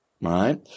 right